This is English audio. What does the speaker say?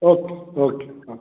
okay okay okay